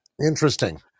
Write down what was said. Interesting